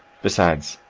besides,